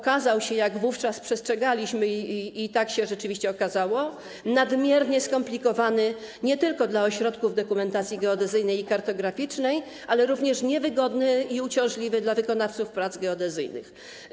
okazał się - jak wówczas przestrzegaliśmy i tak się rzeczywiście okazało - nadmiernie skomplikowany nie tylko dla ośrodków dokumentacji geodezyjnej i kartograficznej, ale również niewygodny i uciążliwy dla wykonawców prac geodezyjnych.